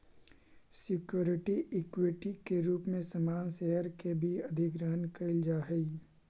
security equity के रूप में सामान्य शेयर के भी अधिग्रहण कईल जा हई